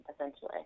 essentially